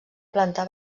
planta